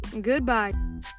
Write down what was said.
goodbye